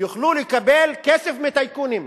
יוכלו לקבל כסף מטייקונים.